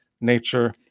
nature